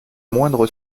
moindre